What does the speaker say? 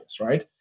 Right